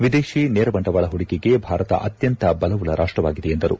ವಿದೇಶಿ ನೇರ ಬಂಡವಾಳ ಹೂಡಿಕೆಗೆ ಭಾರತ ಅತ್ಯಂತ ಒಲವುಳ್ಳ ರಾಷ್ಷವಾಗಿದೆ ಎಂದರು